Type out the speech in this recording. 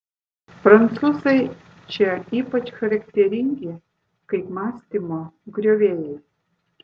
prancūzai čia ypač charakteringi kaip mąstymo griovėjai